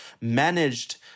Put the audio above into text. managed